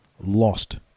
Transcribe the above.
lost